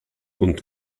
und